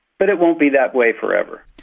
but it won't be that way forever.